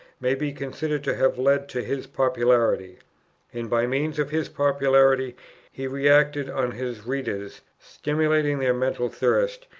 may be considered to have led to his popularity and by means of his popularity he re-acted on his readers, stimulating their mental thirst,